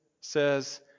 says